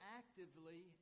actively